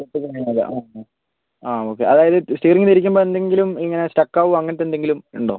പൊട്ടി കുരുങ്ങിയപോലെ അ ആ ഓക്കെ അതായത് സ്റ്റീയറിങ് തിരിക്കുമ്പോൾ എന്തെങ്കിലും ഇങ്ങനെ സ്റ്റക്കാകുവോ അങ്ങനെന്തെങ്കിലും ഉണ്ടോ